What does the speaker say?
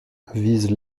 vise